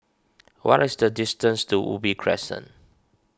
what is the distance to Ubi Crescent